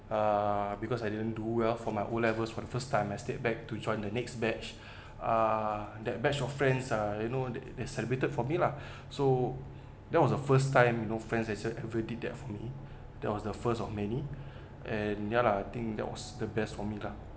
uh because I didn't do well for my O levels for the first time I stayed back to join the next batch ah that batch of friends uh you know they they celebrated for me lah so that was the first time you know friends has celebrated that for me that was the first of many and ya lah I think that was the best for me lah